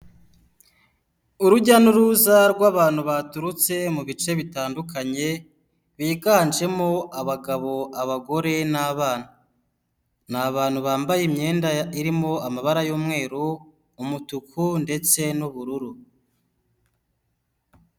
Urujya n'uruza rw'abantu baturutse mu bice bitandukanye biganjemo abagabo, abagore n'abana. Ni abantu bambaye imyenda irimo amabara y'umweru, umutuku, ndetse n'ubururu.